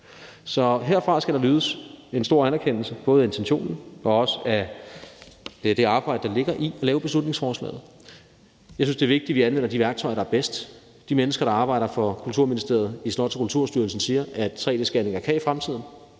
Så herfra skal der lyde en stor anerkendelse, både af intentionen og også af det arbejde, der ligger i at lave beslutningsforslaget. Jeg synes, det er vigtigt, at vi anvender de værktøjer, der er bedst. De mennesker, der arbejder for Kulturministeriet i Slots- og Kulturstyrelsen, siger, at tre-d-scanninger i fremtiden